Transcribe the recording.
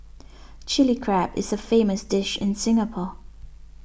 Chilli Crab is a famous dish in Singapore